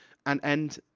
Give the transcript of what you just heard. and end,